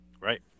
Right